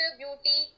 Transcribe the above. beauty